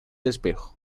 espejo